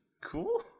Cool